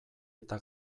eta